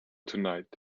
tonight